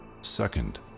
Second